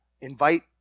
invite